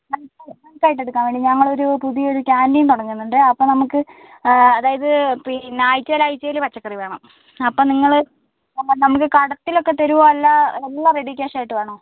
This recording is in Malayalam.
ബൾക്കായിട്ട് എടുക്കാൻ വേണ്ടി ഞങ്ങളൊരു പുതിയൊരു കാൻറ്റീൻ തുടങ്ങുന്നുണ്ട് അപ്പോൾ നമുക്ക് അതായത് പിന്നെ ആഴ്ചേലാഴ്ച്ചേൽ പച്ചക്കറി വേണം അപ്പം നിങ്ങൾ എന്താ നമുക്ക് കടത്തിലൊക്കെ തരുവോ അല്ലാ എല്ലാം റെഡി ക്യാഷായിട്ട് വേണോ